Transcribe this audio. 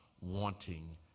wanting